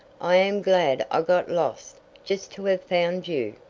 i am glad i got lost just to have found you.